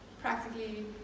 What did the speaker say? practically